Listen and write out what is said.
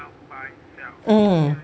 mm